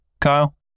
Kyle